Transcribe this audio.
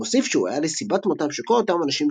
הוא מוסיף שהוא היה לסיבת מותם של כל אותם אנשים